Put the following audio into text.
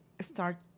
start